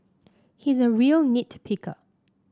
he is a real nit picker